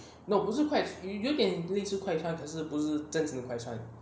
no 不是快有点类似快反不是正经的快穿